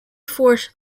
force